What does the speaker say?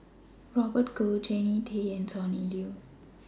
Robert Goh Jannie Tay and Sonny Liew